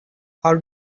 how